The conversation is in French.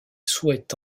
souhaite